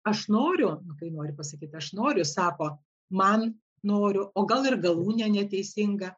aš noriu kai nori pasakyti aš noriu sako man noriu o gal ir galūnę neteisingą